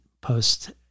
post-